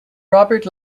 robert